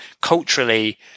culturally